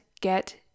get